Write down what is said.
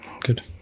good